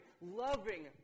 loving